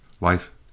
Life